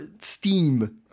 steam